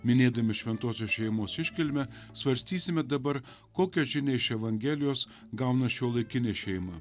minėdami šventosios šeimos iškilmę svarstysime dabar kokią žinią iš evangelijos gauna šiuolaikinė šeima